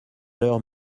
l’heure